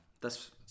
Das